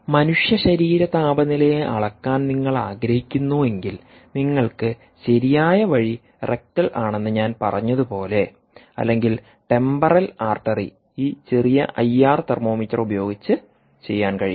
മനുഷ്യ ശരീര താപനിലയെ അളക്കാൻ നിങ്ങൾ ആഗ്രഹിക്കുന്നുവെങ്കിൽ നിങ്ങൾക്ക് ശരിയായ വഴി റെക്ടൽ ആണെന്ന് ഞാൻ പറഞ്ഞതുപോലെ അല്ലെങ്കിൽ ടെമ്പറൽ ആർട്ടറി ഈ ചെറിയ ഐആർ തെർമോമീറ്റർ ഉപയോഗിച്ച് ചെയ്യാൻ കഴിയും